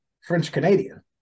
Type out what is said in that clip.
French-Canadian